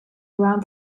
around